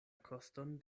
koston